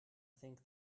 think